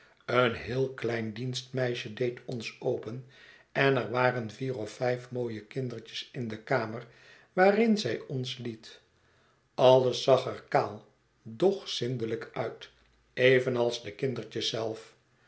een heel klein dienstmeisje deed ons open en er waren vier of vijf mooie kindertjes in de kamer waarin zij ons liet alles zag er kaal doch zindelijk uit evenals de kindertjes zelf